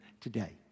today